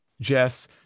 Jess